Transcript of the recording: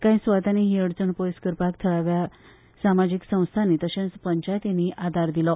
कांय सुवातांनी ही अडचण पयस करपाक थळाव्या समाजीक संस्थांनी तशेंचज पंचायतींनी वावर केलो